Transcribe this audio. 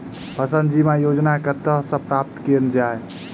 फसल बीमा योजना कतह सऽ प्राप्त कैल जाए?